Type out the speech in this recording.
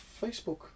Facebook